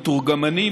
מתורגמנים,